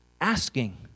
asking